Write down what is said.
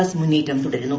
S മുന്നേറ്റം തുടരുന്നു